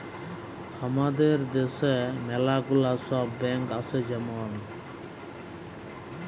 হামাদের দ্যাশে ম্যালা গুলা সব ব্যাঙ্ক আসে যেমল